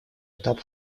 этап